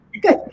Good